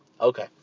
Okay